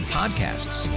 podcasts